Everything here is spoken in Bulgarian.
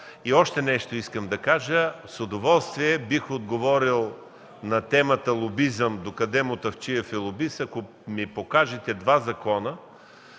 И още нещо искам да кажа: с удоволствие бих отговорил по темата „Лобизъм, докъде Мутафчиев е лобист”, ако ми покажете два закона